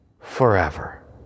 Forever